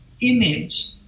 image